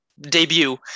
debut